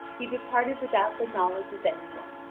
he departed without the knowledge of any one.